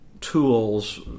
tools